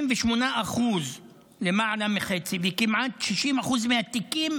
58% למעלה מחצי וכמעט 60% מהתיקים,